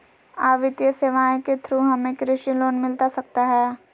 आ वित्तीय सेवाएं के थ्रू हमें कृषि लोन मिलता सकता है?